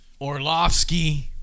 Orlovsky